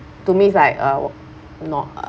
to me it's like uh w~ not a